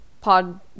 Pod